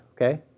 okay